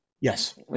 yes